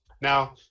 Now